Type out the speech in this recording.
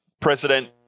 President